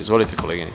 Izvolite.